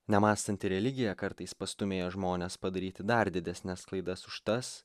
nemąstanti religija kartais pastūmėja žmones padaryti dar didesnes klaidas už tas